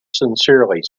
sincerely